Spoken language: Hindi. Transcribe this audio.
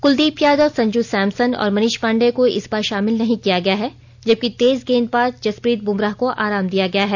क्लदीप यादव संजू सैमसन और मनीष पांडेय को इस बार शामिल नहीं किया गया है जबकि तेज गेंदबाज जसप्रीत बुमराह को आराम दिया गया है